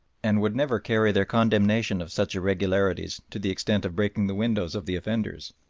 and would never carry their condemnation of such irregularities to the extent of breaking the windows of the offenders.